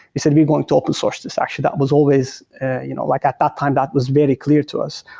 we said we're going to open source this. actually, that was always you know like at that time, that was very clear to us.